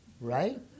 right